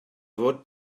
fod